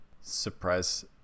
surprise